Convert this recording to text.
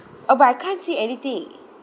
oh but I can't see anything